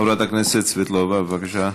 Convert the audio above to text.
חברת הכנסת קסניה סבטלובה, בבקשה.